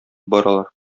баралар